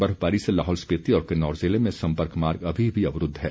बर्फबारी से लाहौल स्पीति और किन्नौर जिले में संपर्क मार्ग अभी भी अवरूद्ध है